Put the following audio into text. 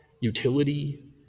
utility